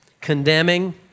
condemning